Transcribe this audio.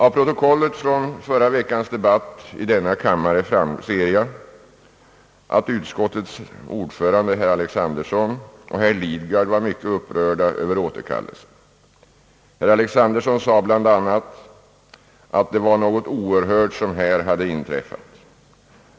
Av protokollet från förra veckans debatt i denna kammare ser jag, att utskottets ordförande herr Alexanderson och herr Lidgard var mycket upprörda över återkallelsen. Herr Alexanderson sade bl.a. att det var »något oerhört som hade inträffat».